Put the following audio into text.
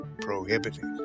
prohibited